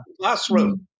classroom